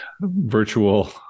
virtual